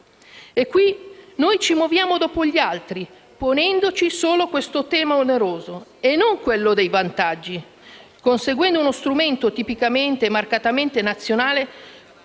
Qui noi ci muoviamo dopo gli altri, ponendoci solo questo tema oneroso e non quello dei vantaggi, consegnando uno strumento tipicamente e marcatamente nazionale